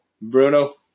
Bruno